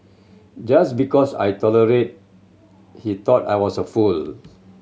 just because I tolerated he thought I was a fool